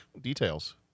details